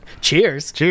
Cheers